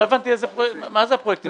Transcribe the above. לא הבנתי מה זה הפרויקטים האלה?